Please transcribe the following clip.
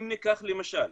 אם ניקח למשל